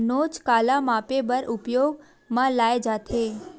नोच काला मापे बर उपयोग म लाये जाथे?